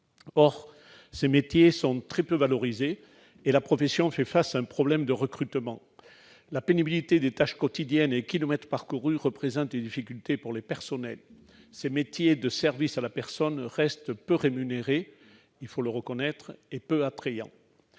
Or ces métiers sont très peu valorisés et la profession fait face à un problème de recrutement. La pénibilité des tâches quotidiennes et les kilomètres parcourus représentent des difficultés pour les personnels. Il faut le reconnaître, ces métiers de service à la personne restent peu rémunérés et peu attrayants.